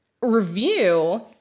review